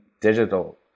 digital